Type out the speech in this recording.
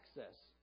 access